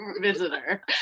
visitor